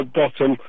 bottom